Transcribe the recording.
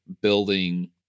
building